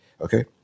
Okay